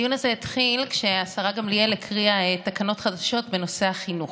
הדיון הזה התחיל כשהשרה גמליאל הקריאה תקנות חדשות בנושא החינוך.